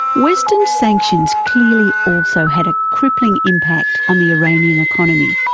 western sanctions clearly also had a crippling impact on the iranian economy.